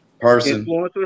Person